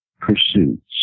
pursuits